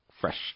fresh